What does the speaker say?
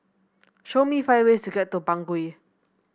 show me five ways to get to Bangui